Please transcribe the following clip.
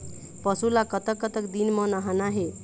पशु ला कतक कतक दिन म नहाना हे?